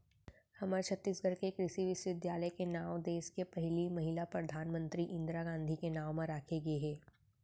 हमर छत्तीसगढ़ के कृषि बिस्वबिद्यालय के नांव देस के पहिली महिला परधानमंतरी इंदिरा गांधी के नांव म राखे गे हे